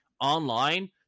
online